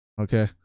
okay